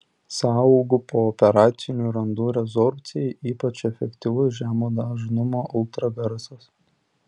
sąaugų pooperacinių randų rezorbcijai ypač efektyvus žemo dažnumo ultragarsas